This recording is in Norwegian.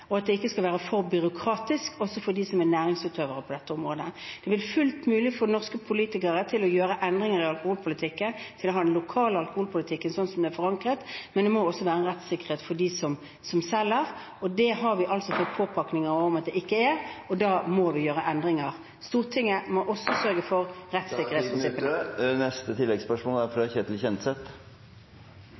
og at det ikke skal være for byråkratisk for dem som er næringsutøvere på dette området. Det er fullt mulig for norske politikere å gjøre endringer i alkoholpolitikken og til å ha en lokal alkoholpolitikk slik som den er forankret, men det må også være en rettssikkerhet for dem som selger. Det har vi fått påpakning om at det ikke er, og da må vi gjøre endringer. Stortinget må også sørge for rettssikkerhet. Ketil Kjenseth – til oppfølgingsspørsmål. I morgen er